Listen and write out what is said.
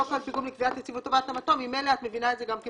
יבדוק כל פיגום לקביעת יציבותו והתאמתו למטרה שלה